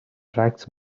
attracts